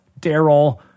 Daryl